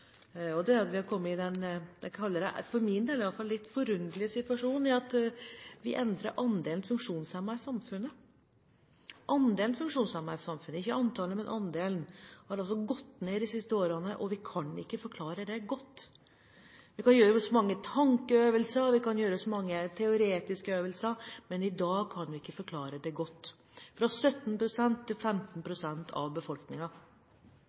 på. Det er at vi har kommet i den – jeg kaller det det for min del iallfall – litt forunderlige situasjonen at andelen funksjonshemmede i samfunnet endres. Andelen funksjonshemmede i samfunnet – ikke antallet, men andelen – har gått ned de siste årene, og vi kan ikke forklare det godt. Vi kan gjøre mange tankeøvelser, og vi kan gjøre mange teoretiske øvelser, men i dag kan vi ikke forklare det godt – fra 17 pst. til 15 pst. av